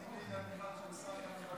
שעושה המון המון המון המון המון.